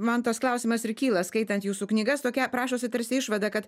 man tas klausimas ir kyla skaitant jūsų knygas tokia prašosi tarsi išvada kad